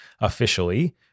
officially